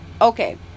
okay